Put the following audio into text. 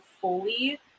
fully